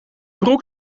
broek